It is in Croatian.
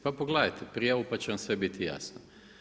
Pa pogledajte prijavu pa će vam sve biti jasno.